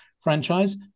franchise